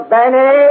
Benny